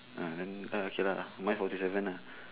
ah then now okay lah mine forty seven lah